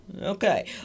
Okay